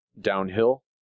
downhill